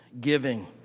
giving